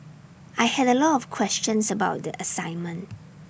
I had A lot of questions about the assignment